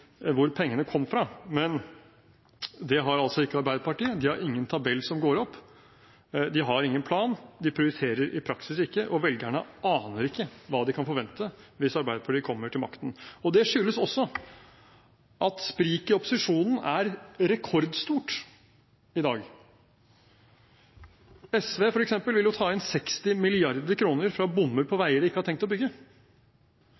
hvor pengene kom fra – men det har altså ikke Arbeiderpartiet. De har ingen tabell som går opp, de har ingen plan, de prioriterer i praksis ikke, og velgerne aner ikke hva de kan forvente hvis Arbeiderpartiet kommer til makten. Det skyldes også at spriket i opposisjonen er rekordstort i dag. SV, f.eks., vil ta inn 60 mrd. kr fra bommer på